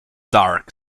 dark